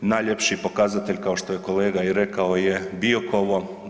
Najljepši pokazatelj, kao što je kolega i rekao je Biokovo.